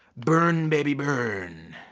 burn, baby, burn.